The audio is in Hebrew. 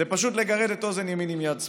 זה פשוט לגרד את אוזן ימין עם יד שמאל.